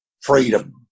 freedom